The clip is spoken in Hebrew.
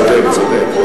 צודק, צודק.